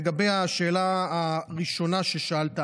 לגבי השאלה הראשונה ששאלת,